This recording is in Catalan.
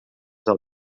del